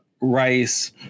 rice